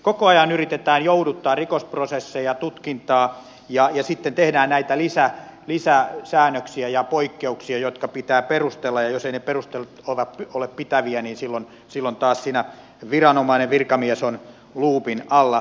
koko ajan yritetään jouduttaa rikosprosesseja tutkintaa ja sitten tehdään näitä lisäsäännöksiä ja poikkeuksia jotka pitää perustella ja jos eivät ne perustelut ole pitäviä niin silloin taas siinä viranomainen virkamies on luupin alla